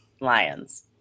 Lions